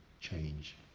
change